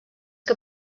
que